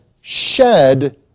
shed